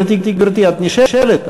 את נשארת,